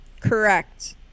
Correct